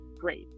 great